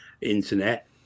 Internet